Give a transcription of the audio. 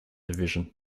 division